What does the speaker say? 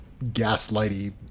gaslighty